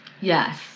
Yes